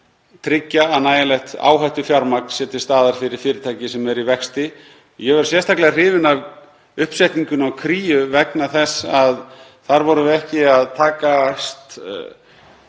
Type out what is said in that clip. tryggja að nægjanlegt áhættufjármagn sé til staðar fyrir fyrirtæki sem eru í vexti. Ég er sérstaklega hrifinn af uppsetningunni á Kríu vegna þess að þar vorum við ekki að takast